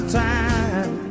time